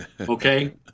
Okay